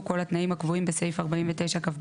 כל התנאים הקבועים בסעיף 49כב1(ב),